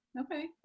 Okay